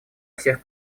всех